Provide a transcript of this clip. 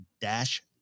dash